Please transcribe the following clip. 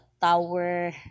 tower